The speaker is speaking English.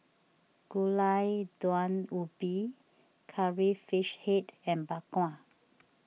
Gulai Daun Ubi Curry Fish Head and Bak Kwa